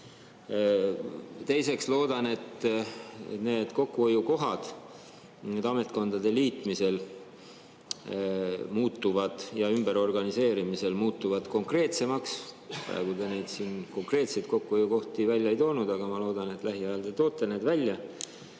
loodan, et need kokkuhoiukohad nüüd ametkondade liitmisel ja ümberorganiseerimisel muutuvad konkreetsemaks. Te nüüd siin konkreetseid kokkuhoiukohti välja ei toonud, aga ma loodan, et lähiajal te toote need välja.